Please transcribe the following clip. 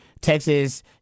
Texas